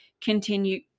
continue